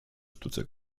sztuce